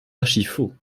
archifaux